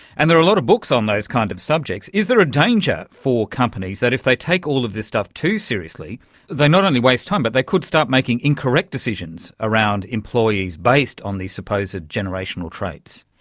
and there are a lot of books on those kind of subjects. is there a danger for companies that if they take all of this stuff too seriously they not only wasted time but they could start making incorrect decisions around employees based on these supposeed generational traits.